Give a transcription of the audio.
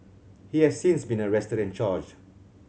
he has since been arrested and charged